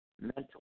mental